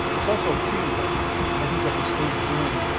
it's also preinvestment. i think what the state is doing,